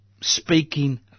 speaking